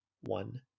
One